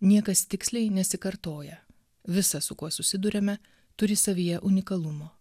niekas tiksliai nesikartoja visa su kuo susiduriame turi savyje unikalumo